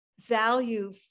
value